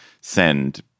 send